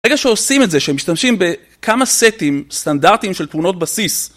ברגע שעושים את זה, שמשתמשים בכמה סטים סטנדרטיים של תמונות בסיס